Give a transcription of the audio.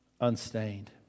unstained